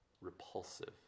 repulsive